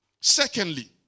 Secondly